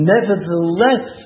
Nevertheless